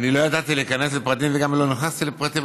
ידעתי להיכנס לפרטים וגם לא נכנסתי לפרטים,